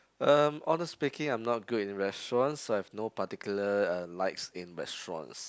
um honest speaking I'm not good in restaurants so I've no particular uh likes in restaurants